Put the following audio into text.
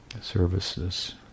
services